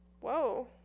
Whoa